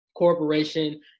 corporation